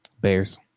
Bears